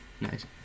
Nice